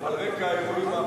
על רקע האירועים האחרונים,